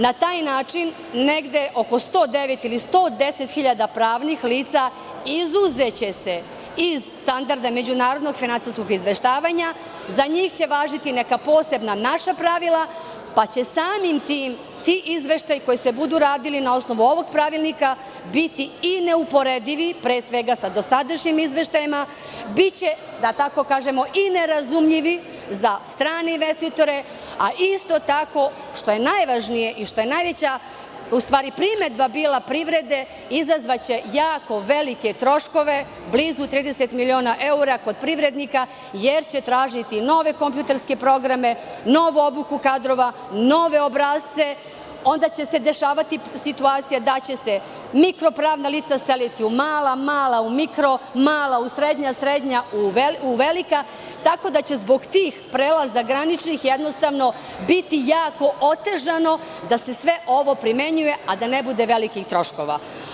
Na taj način, negde oko 109.000 ili 110.000 pravnih lica izuzeće se iz Standarda međunarodnog finansijskog izveštavanja, za njih će važiti neka posebna naša pravila, pa će samim tim, ti izveštaji koji se budu radili na osnovu ovog pravilnika biti i neuporedivi pre svega sa dosadašnjim izveštajima, biće i nerazumljivi za strane investitore, a isto tako, što je najvažnije i što je najveća primedba bila privrede, izazvaće jako velike troškove, blizu 30 miliona evra kod privrednika jer će tražiti nove kompjuterske programe, novu obuku kadrova, nove obrasce, onda će se dešavati situacija da će se mikro pravna lica seliti u mala, mala u mikro, mala u srednja, srednja u velika, tako da će zbog tih prelaza graničnih jednostavno biti jako otežano da se sve ovo primenjuje, a da ne bude velikih troškova.